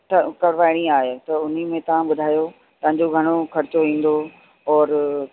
त कराइणी आहे त हुन में तव्हां ॿुधायो तव्हांजो घणो ख़र्चो ईंदो और